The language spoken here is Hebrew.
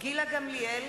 גילה גמליאל,